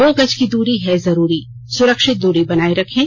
दो गज की दूरी है जरूरी सुरक्षित दूरी बनाए रखें